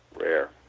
rare